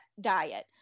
diet